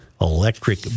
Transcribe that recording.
electric